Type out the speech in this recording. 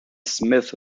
smith